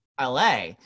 LA